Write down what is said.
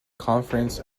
conference